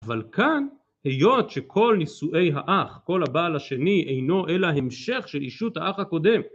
אבל כאן היות שכל נישואי האח כל הבעל השני אינו אלא המשך של אישות האח הקודם